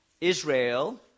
Israel